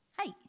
Hey